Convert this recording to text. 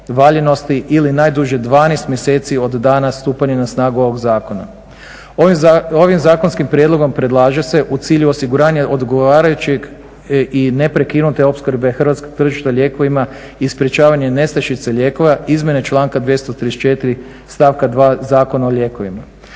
valjanosti ili najduže 12 mjeseci od dana stupanja na snagu ovog zakona. Ovim zakonskim prijedlogom predlaže se u cilju osiguranja odgovarajućeg i neprekinute opskrbe hrvatskog tržišta lijekovima i sprječavanje nestašice lijekova izmjene članka 234. stavka 2 Zakona o lijekovima.